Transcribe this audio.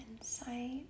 insight